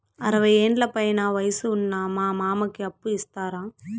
అరవయ్యేండ్ల పైన వయసు ఉన్న మా మామకి అప్పు ఇస్తారా